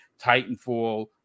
Titanfall